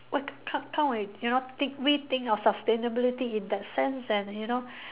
why can't can't we you know deeply think of sustainability in that sense then you know